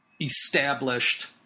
established